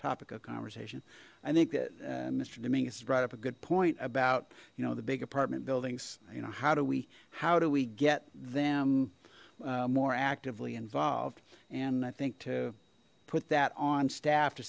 topic of conversation i think that mister dominguez brought up a good point about you know the big apartment buildings you know how do we how do we get them more actively involved and i think to put that on staff to